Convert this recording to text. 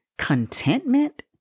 contentment